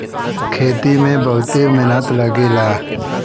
खेती में बहुते मेहनत लगेला